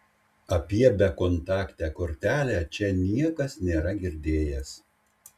apie bekontaktę kortelę čia niekas nėra girdėjęs